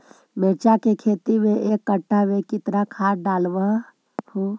मिरचा के खेती मे एक कटा मे कितना खाद ढालबय हू?